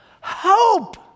Hope